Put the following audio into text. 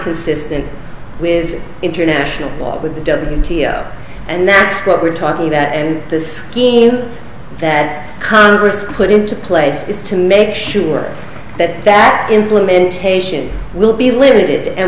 consistent with international law with the dead and that's what we're talking about and the scheme that congress put into place is to make sure that that implementation will be limited and